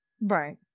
Right